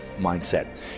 mindset